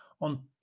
on